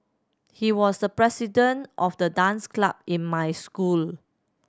he was the president of the dance club in my school